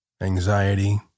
Anxiety